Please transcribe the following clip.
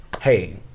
hey